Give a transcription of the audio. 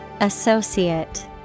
Associate